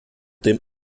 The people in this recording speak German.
dem